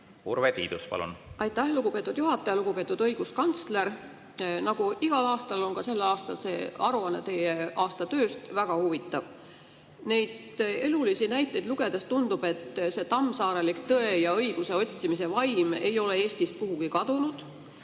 Aitäh, lugupeetud juhataja! Lugupeetud õiguskantsler! Nagu igal aastal, on ka sel aastal see aruanne teie aasta tööst väga huvitav. Neid elulisi näiteid lugedes tundub, et see tammsaarelik tõe ja õiguse otsimise vaim ei ole Eestist kuhugi kadunud.